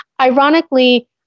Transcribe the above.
ironically